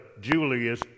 Julius